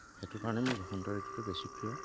সেইটো কাৰণে মোৰ বসন্ত ঋতুটো বেছি প্ৰিয়